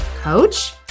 coach